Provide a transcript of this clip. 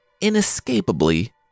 inescapably